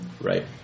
Right